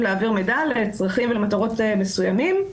להעביר מידע לצרכים ולמטרות מסוימות.